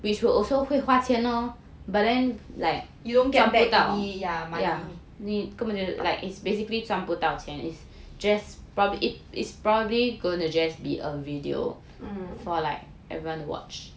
you don't get back 你 ya money mm